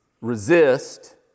resist